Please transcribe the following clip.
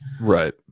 Right